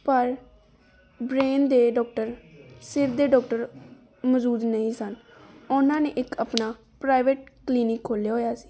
ਪਰ ਬਰੇਨ ਦੇ ਡਾਕਟਰ ਸਿਰ ਦੇ ਡਾਕਟਰ ਮੌਜੂਦ ਨਹੀਂ ਸਨ ਉਹਨਾਂ ਨੇ ਇੱਕ ਆਪਣਾ ਪ੍ਰਾਈਵੇਟ ਕਲੀਨਿਕ ਖੋਲ੍ਹਿਆ ਹੋਇਆ ਸੀ